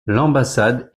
l’ambassade